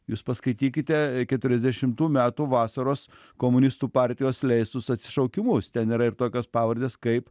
jūs paskaitykite keturiasdešimtų metų vasaros komunistų partijos leistus atsišaukimus ten yra ir tokios pavardės kaip